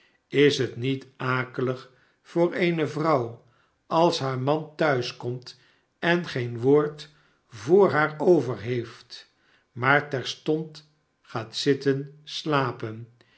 is het niet akelig voor eene vrouw als haar man thuis komt en geen woord voor haar over heeft maar terstond gaat zitten slapen